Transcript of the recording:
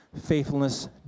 faithfulness